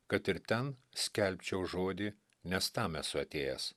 kad ir ten skelbčiau žodį nes tam esu atėjęs